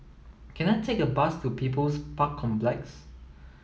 can I take a bus to People's Park Complex